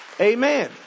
Amen